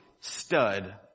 stud